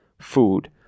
food